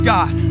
God